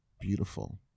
beautiful